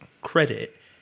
credit